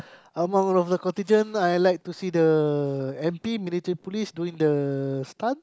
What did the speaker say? among all of the contigent I like to see the m_p military police doing the stunt